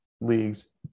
leagues